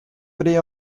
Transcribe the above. prey